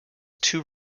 two